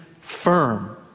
firm